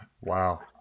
Wow